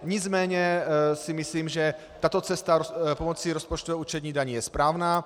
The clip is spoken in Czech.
Nicméně si myslím, že tato cesta pomocí rozpočtového určení daní je správná.